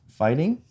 fighting